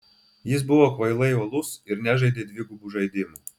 jis buvo kvailai uolus ir nežaidė dvigubų žaidimų